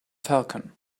falcon